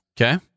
Okay